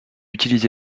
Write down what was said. utilisé